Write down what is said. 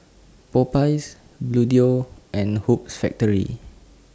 Popeyes Bluedio and Hoops Factory